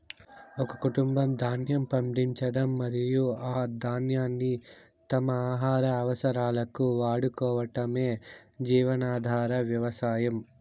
ఒక కుటుంబం ధాన్యం పండించడం మరియు ఆ ధాన్యాన్ని తమ ఆహార అవసరాలకు వాడుకోవటమే జీవనాధార వ్యవసాయం